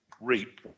reap